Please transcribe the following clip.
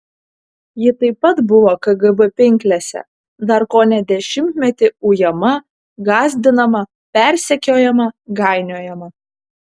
ji taip pat buvo kgb pinklėse dar kone dešimtmetį ujama gąsdinama persekiojama gainiojama